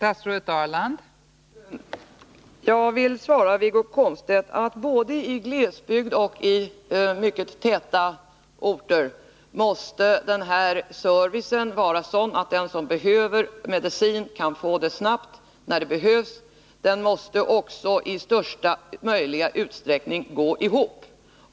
Fru talman! Jag vill svara Wiggo Komstedt att både i glesbygd och i mycket tätbefolkade orter måste den här servicen vara sådan att den som behöver medicin kan få den snabbt. Verksamheten måste också i största möjliga utsträckning gå ihop.